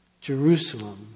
Jerusalem